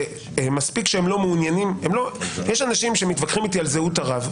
יש אנשים שמתווכחים איתי על זהות הרב,